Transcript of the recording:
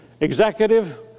Executive